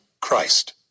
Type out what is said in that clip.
Christ